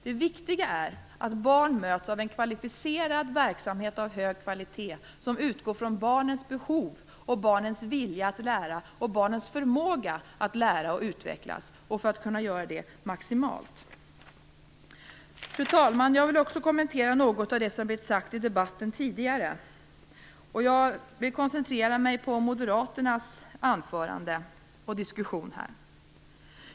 Det viktiga är att barn möts av en kvalificerad verksamhet av hög kvalitet som utgår från barnens behov, barnens vilja att lära och barnens förmåga att lära och utvecklas, så att de kan göra det maximalt. Fru talman! Jag vill också kommentera något av det som har blivit sagt i debatten tidigare. Jag vill koncentrera mig på moderaternas anförande och diskussion.